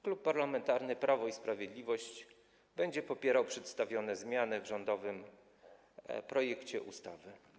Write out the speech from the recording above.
Klub Parlamentarny Prawo i Sprawiedliwość będzie popierał zmiany przedstawione w rządowym projekcie ustawy.